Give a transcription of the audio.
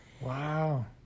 Wow